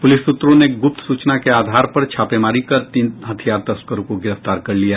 police सूत्रों ने गुप्त सूचना के आधार पर छापेमारी कर तीन हथियार तस्करों को गिरफ्तार कर लिया